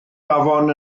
afon